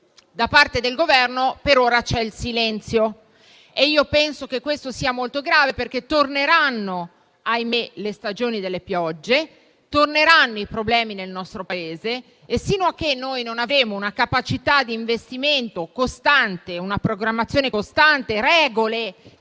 Da parte del Governo per ora c'è il silenzio e io penso che questo sia molto grave perché torneranno, ahimè, le stagioni delle piogge, torneranno i problemi nel nostro Paese e sino a che noi non avremo una capacità d'investimento e una programmazione costante, regole